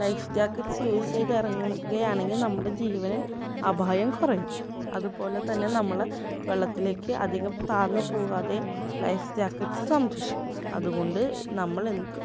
life jackets use ചെയ്ത് ഇറങ്ങുകയാണെങ്കിൽ നമ്മുടെ ജീവന് അപായം കുറയും അതുപോലെ തന്നെ നമ്മൾ വെള്ളത്തിലേക്ക് അധികം താഴ്ന്ന് പോകാതെയും ലൈഫ് ജാക്കറ്റ്സ് സംരക്ഷിക്കും അതുകൊണ്ട് നമ്മൾ എന്ത്